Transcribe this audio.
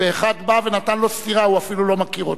ואחד בא נתן לו סטירה, הוא אפילו לא מכיר אותו,